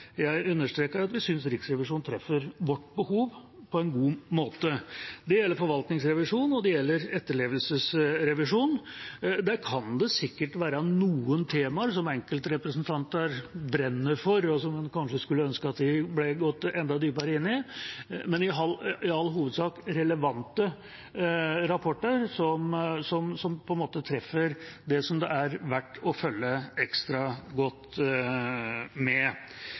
jeg understreker at vi syns Riksrevisjonen treffer vårt behov på en god måte. Det gjelder forvaltningsrevisjon, og det gjelder etterlevelsesrevisjon. Der kan det sikkert være noen temaer som enkeltrepresentanter brenner for, og som vi kanskje skulle ønske at det ble gått enda dypere inn i. Men det er i all hovedsak relevante rapporter som på en måte treffer det som det er verdt å følge ekstra godt med